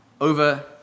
over